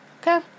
Okay